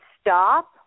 stop